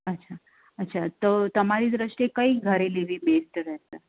અચ્છા અચ્છા તો તમારી દૃષ્ટિએ કઈ ઘારી લેવી બેસ્ટ રહેશે